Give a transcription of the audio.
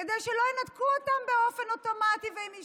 כדי שלא ינתקו אותם באופן אוטומטי והם יישארו,